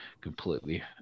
completely